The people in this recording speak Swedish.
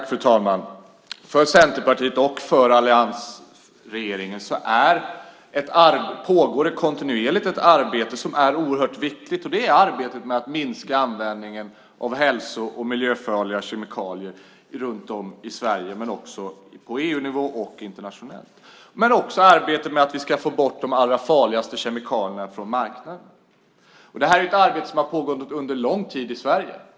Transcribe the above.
Fru talman! För Centerpartiet och alliansregeringen pågår det kontinuerligt ett arbete som är oerhört viktigt, nämligen arbetet med att minska användningen av hälso och miljöfarliga kemikalier i Sverige, på EU-nivå och internationellt. Det pågår också ett arbete med att få bort de allra farligaste kemikalierna från marknaden. Det är ett arbete som har pågått i Sverige under lång tid.